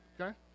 okay